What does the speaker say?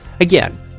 Again